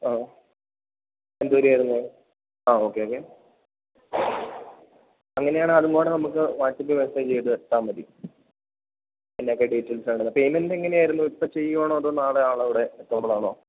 ആ എന്ത് ആ ഓക്കെ ഓക്കെ അങ്ങനെയാണെങ്കില് അതുംകൂടെ നമുക്ക് വാട്സപ്പില് മെസ്സേജ് ചെയ്തിട്ടാല് മതി എന്തൊക്കെ ഡീറ്റെയിൽസാണെന്ന് പേയ്മെൻ്റ് എങ്ങനെയായിരുന്നു ഇപ്പോള് ചെയ്യുകയാണോ അതോ നാളെ ആളവിടെ എത്തുമ്പോഴാണോ